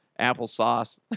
applesauce